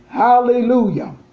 Hallelujah